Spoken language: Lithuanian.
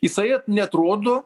jisai neatrodo